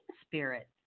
spirit